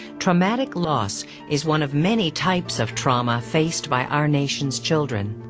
traumatic loss is one of many types of trauma faced by our nation's children.